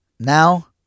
Now